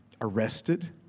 arrested